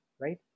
right